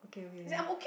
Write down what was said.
okay okay